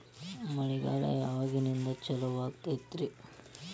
ಮಳೆಗಾಲ ಯಾವಾಗಿನಿಂದ ಚಾಲುವಾಗತೈತರಿ?